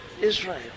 Israel